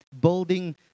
building